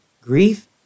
grief